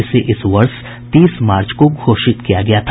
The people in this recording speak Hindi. इसे इस वर्ष तीस मार्च को घोषित किया गया था